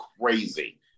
crazy